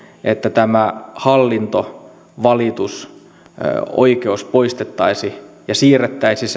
että tämä hallintovalitusoikeus poistettaisiin ja siirrettäisiin